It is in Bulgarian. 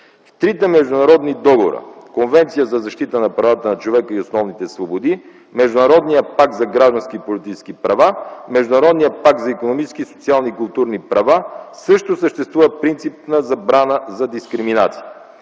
В трите международни договора: Конвенция за защита на правата на човека и основните свободи, Международния пакт за граждански и политически права и Международния пакт за икономически, социални и културни права също съществува принципна забрана за дискриминация.